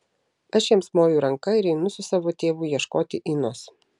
aš jiems moju ranka ir einu su savo tėvu ieškoti inos